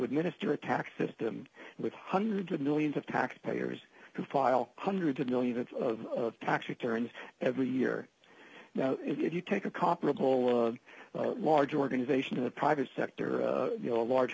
administer a tax system with hundreds of millions of taxpayers who file hundreds of millions of tax returns every year if you take a comparable large organization in the private sector you know a large